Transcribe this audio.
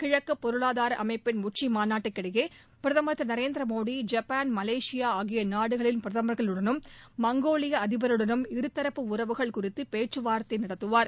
கிழக்கு பொருளாதூர அமைப்பின் உச்சி மாநாட்டுக்கிடையே பிரதமர் திரு நரேந்திர மோடி ஜப்பான் மலேசியா ஆகிய நாடுகளின் பிரதமா்களுடனும் மங்கோலிய அதிபருடனும் இருதரப்பு உறவுகள் குறித்து பேச்சுவார்த்தை நடத்துவார்